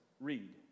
read